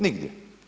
Nigdje.